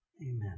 Amen